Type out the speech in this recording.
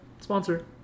Sponsor